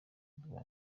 rwa